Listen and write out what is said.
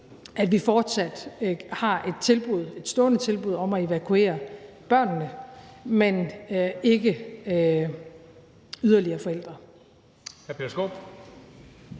at vi fortsat har et stående tilbud om at evakuere børnene, men ikke yderligere forældre.